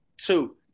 two